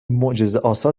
معجزهآسا